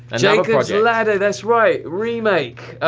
jacob's ladder, that's right. remake.